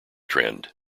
trend